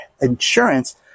insurance